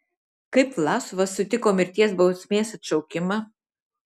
kaip vlasovas sutiko mirties bausmės atšaukimą